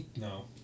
No